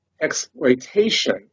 exploitation